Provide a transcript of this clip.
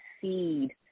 seed